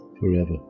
forever